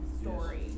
story